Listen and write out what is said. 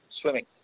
swimming